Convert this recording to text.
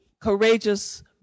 courageous